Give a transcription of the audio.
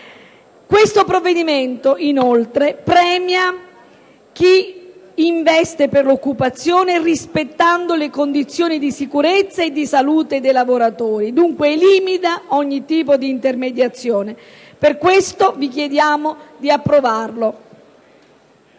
3.0.822, inoltre, premia chi investe nell'occupazione rispettando le condizioni di sicurezza e di salute dei lavoratori. Elimina, dunque, ogni tipo di intermediazione. Per questo vi chiediamo di approvarlo.